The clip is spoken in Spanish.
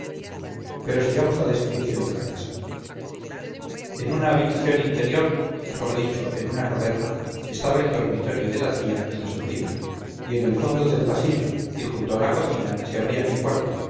pero sigamos la descripción de la casa en una habitación interior mejor dicho en una caverna estaba el dormitorio de la tía y la sobrina y en el fondo del pasillo y junto a la cocina se abría mi cuarto